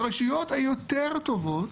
ברשויות היותר טובות